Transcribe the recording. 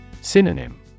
Synonym